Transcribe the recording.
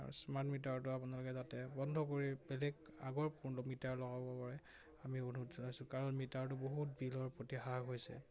আৰু স্মাৰ্ট মিটাৰটো আপোনালোকে যাতে বন্ধ কৰি বেলেগ আগৰ পূৰ্ণ মিটাৰ লগাব পাৰে আমি অনুৰোধ চলাইছোঁ কাৰণ মিটাৰটো বহুত বিলৰ প্ৰতি হ্ৰাস হৈছে